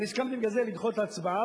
הסכמתי לדחות את ההצבעה,